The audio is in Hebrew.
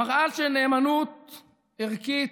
מראה של נאמנות ערכית,